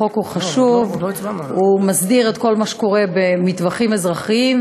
החוק הוא חשוב והוא מסדיר את כל מה שקורה במטווחים אזרחיים,